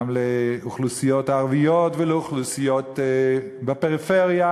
גם לאוכלוסיות ערביות ולאוכלוסיות בפריפריה